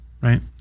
Right